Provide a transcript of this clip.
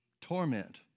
torment